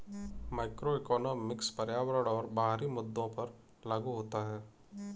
macroeconomics पर्यावरण और बाहरी मुद्दों पर लागू होता है